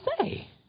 say